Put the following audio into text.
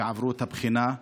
ועברו את הבחינה.